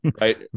right